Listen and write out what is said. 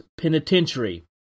Penitentiary